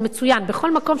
בכל מקום שזה עבד,